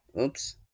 Oops